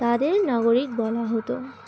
তাদের নাগরিক বলা হতো